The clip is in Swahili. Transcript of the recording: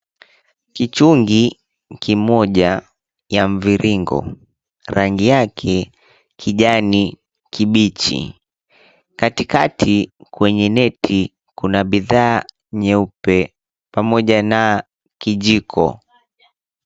Kichungi ni kimoja ya mviringo. Rangi yake kijani kibichi. Katikati kwenye neti kuna bidhaa nyeupe pamoja na kijiko.